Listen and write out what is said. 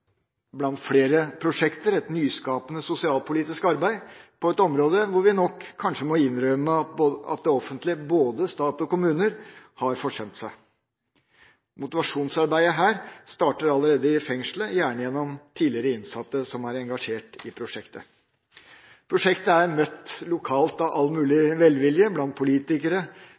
blant flere prosjekter et nyskapende sosialpolitisk arbeid på et område hvor vi nok kanskje må innrømme at det offentlige – både stat og kommune – har forsømt seg. Motivasjonsarbeidet starter allerede i fengselet, gjerne gjennom tidligere innsatte som er engasjert i prosjektet. Prosjektet er møtt lokalt med all mulig velvilje blant politikere